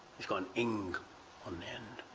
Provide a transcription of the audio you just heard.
it's got ing on the end.